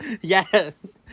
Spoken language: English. Yes